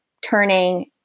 turning